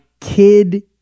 kid